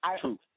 Truth